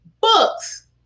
books